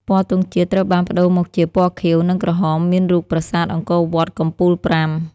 ពណ៌ទង់ជាតិត្រូវបានប្តូរមកជា ពណ៌ខៀវ និងក្រហម មានរូបប្រាសាទអង្គរវត្តកំពូលប្រាំ។